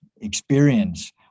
experience